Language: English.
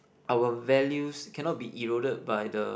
our values cannot be eroded by the